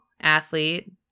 Athlete